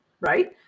right